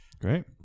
great